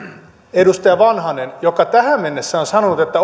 edustaja vanhanen joka tähän mennessä on sanonut että